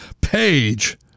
page